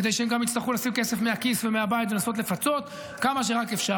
כדי שהם יצטרכו גם לשים כסף מהכיס ומהבית לנסות לפצות כמה שרק אפשר.